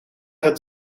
het